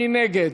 מי נגד?